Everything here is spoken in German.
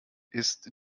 ist